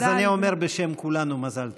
אז אני אומר בשם כולנו מזל טוב.